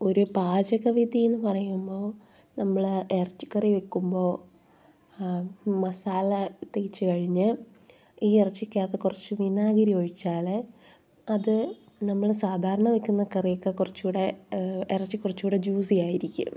ഒരു പാചക വിധിയെന്ന് പറയുമ്പോൾ നമ്മൾ ഇറച്ചിക്കറി വെക്കുമ്പോൾ മസാല തേച്ച് കഴിഞ്ഞ് ഈ ഇറച്ചിക്കകത്ത് കുറച്ച് വിനാഗിരി ഒഴിച്ചാൽ അത് നമ്മൾ സാധാരണ വെക്കുന്ന കറിയൊക്കെ കുറച്ച് കൂടി ഇറച്ചി കുറച്ച് കൂടി ജ്യൂസി ആയിരിക്കും